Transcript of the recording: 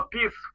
Peace